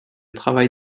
travail